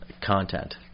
content